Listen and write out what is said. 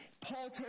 Paul